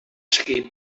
seguir